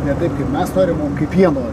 ne tai kaip mes norim mum o kaip jie nori